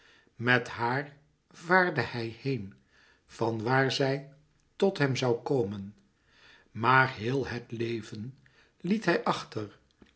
mèt haar vaarde hij heen van waar zij tot hem zoû komen maar héel het leven liet hij achter